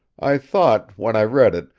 i thought, when i read it,